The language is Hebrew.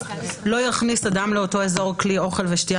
"לא יכניס אדם לאותו אזור כלי אוכל ושתייה